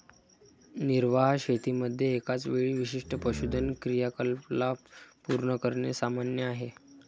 निर्वाह शेतीमध्ये एकाच वेळी विशिष्ट पशुधन क्रियाकलाप पूर्ण करणे सामान्य आहे